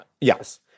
Yes